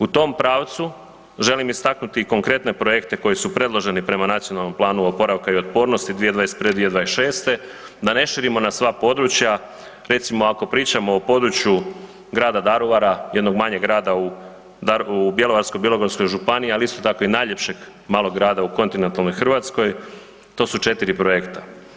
U tom pravcu želim istaknuti i konkretne projekte koji su predloženi prema Nacionalnom planu oporavka i otpornosti 2021.-2026. da ne širimo na sva područja, recimo ako pričamo o području grada Daruvara, jednog manjeg grada u Bjelovarsko-bilogorskoj županiji ali isto tako i najljepšeg malog grada u kontinentalnoj Hrvatskoj to su 4 projekta.